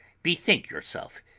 bethink yourself.